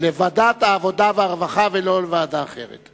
לוועדת העבודה והרווחה לשם הכנתה לקריאה ראשונה.